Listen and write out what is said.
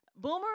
Boomer